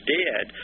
dead